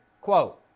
quote